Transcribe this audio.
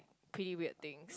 pretty weird thing